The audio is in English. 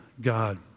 God